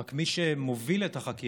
ורק מי שמוביל את החקירה,